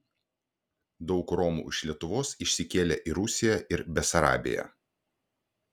daug romų iš lietuvos išsikėlė į rusiją ir besarabiją